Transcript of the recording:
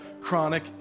chronic